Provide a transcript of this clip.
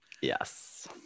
Yes